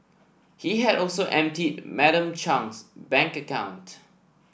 he had also emptied Madam Chung's bank account